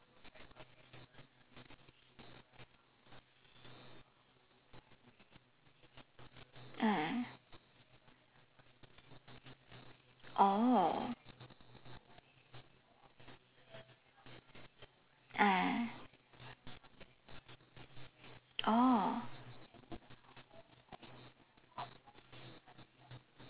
ah oh ah oh